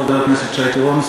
חבר הכנסת שי פירון.